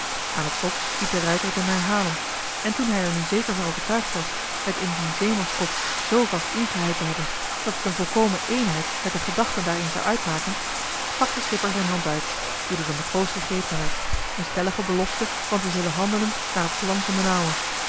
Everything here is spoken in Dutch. aan t slot liet de ruijter t hem herhalen en toen hij er nu zeker van overtuigd was het in dien zeemanskop zoo vast ingeheid te hebben dat het een volkomen éénheid met de gedachten daarin zou uitmaken stak de schipper zijn hand uit die door den matroos gegrepen werd in stellige belofte van te zullen handelen naar het plan van d'n